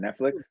Netflix